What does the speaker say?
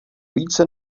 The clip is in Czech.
více